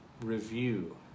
review